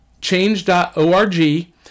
change.org